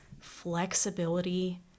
flexibility